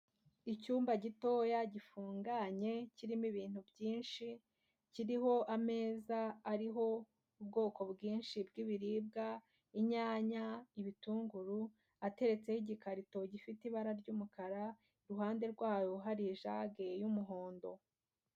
Icyumba gitoya gifunganye kirimo ibintu byinshi, kiriho ameza ariho ubwoko bwinshi bw'biribwa, inyanya, ibitunguru, hateretseho igikarito gifite ibara ry'umukara, iruhande rwayo hari ijage y'umuhondo.